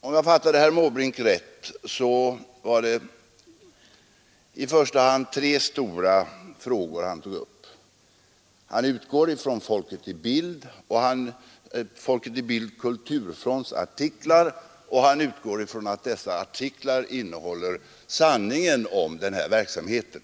Om jag fattade herr Måbrink rätt var det i första hand tre stora frågor han tog upp. Han utgår från Folket i Bild kulturfronts artiklar, och han utgår från att dessa artiklar innehåller sanningen om den här verksamheten.